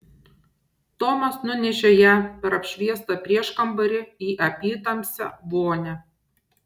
tomas nunešė ją per apšviestą prieškambarį į apytamsę vonią